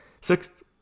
sixth